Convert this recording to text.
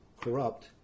corrupt